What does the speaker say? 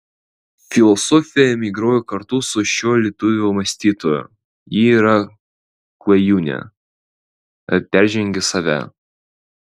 filosofija emigruoja kartu su šiuo lietuvių mąstytoju ji yra klajūnė peržengia save